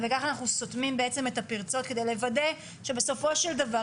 וכך אנחנו סותמים בעצם את הפירצות כדי לוודא שבסופו של דבר,